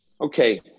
okay